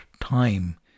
time